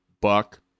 buck